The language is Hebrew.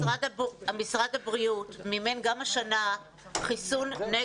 משרד הבריאות מממן גם השנה חיסון בתרסיס